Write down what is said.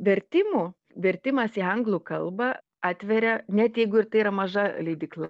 vertimų vertimas į anglų kalbą atveria net jeigu ir tai yra maža leidykla